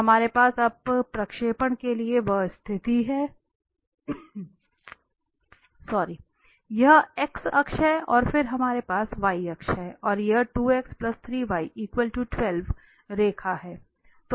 तो हमारे पास अब प्रक्षेपण के लिए यह स्थिति है यह x अक्ष है और फिर हमारे पास y अक्ष है और यह 2 x 3 y 12 रेखा है